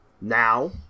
now